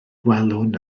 gwelwn